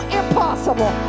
impossible